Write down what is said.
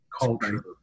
culture